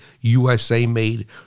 USA-made